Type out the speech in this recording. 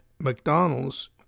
McDonald's